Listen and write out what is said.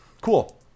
Cool